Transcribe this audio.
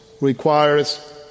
requires